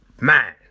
Man